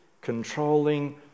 controlling